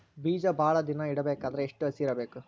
ಬೇಜ ಭಾಳ ದಿನ ಇಡಬೇಕಾದರ ಎಷ್ಟು ಹಸಿ ಇರಬೇಕು?